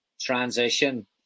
transition